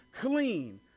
clean